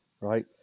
right